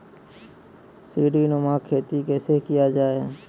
सीडीनुमा खेती कैसे किया जाय?